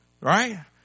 Right